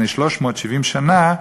לפני 370 שנה,